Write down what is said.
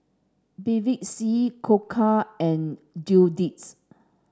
Bevy C Koka and Dundee